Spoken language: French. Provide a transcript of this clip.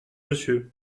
monsieur